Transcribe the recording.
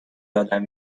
یادم